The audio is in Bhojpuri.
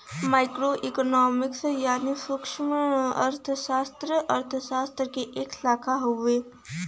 माइक्रो इकोनॉमिक्स यानी सूक्ष्मअर्थशास्त्र अर्थशास्त्र क एक शाखा हउवे